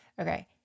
Okay